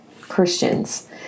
Christians